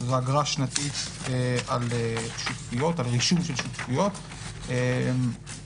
זו אגרה שנתית על רישום שותפויות שכיום